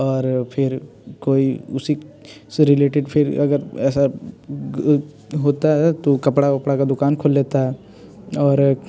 और फिर कोई उसी से रिलेटेड फिर अगर ऐसा होता है तो कपड़े वपड़े की दुकान खोल लेते हैं और